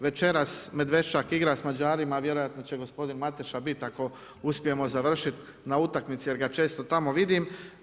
Večeras Medvešćak igra s Mađarima, vjerojatno će gospodin Mateša biti, ako uspijemo završiti, na utakmici, jer ga često tamo vidim.